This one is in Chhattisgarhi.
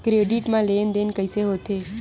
क्रेडिट मा लेन देन कइसे होथे?